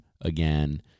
again